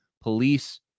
police